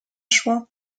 szło